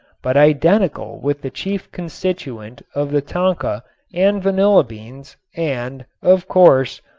but identical with the chief constituent of the tonka and vanilla beans and, of course,